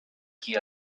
qui